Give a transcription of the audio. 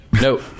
nope